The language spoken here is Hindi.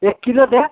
एक किलो द